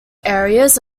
areas